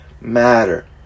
matter